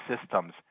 systems